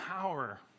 power